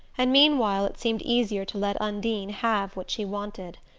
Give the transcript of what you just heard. and meanwhile it seemed easier to let undine have what she wanted.